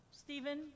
Stephen